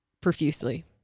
profusely